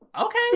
Okay